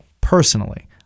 personally